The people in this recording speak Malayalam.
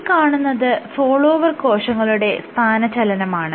ഈ കാണുന്നത് ഫോളോവർ കോശങ്ങളുടെ സ്ഥാനചലനമാണ്